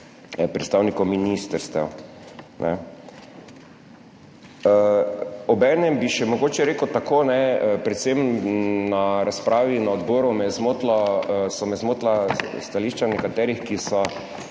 predstavnikov ministrstev. Obenem bi še mogoče rekel tako, predvsem na razpravi na odboru so me zmotila stališča nekaterih ki so,